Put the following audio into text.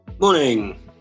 Morning